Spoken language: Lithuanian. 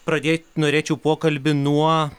pradėt norėčiau pokalbį nuo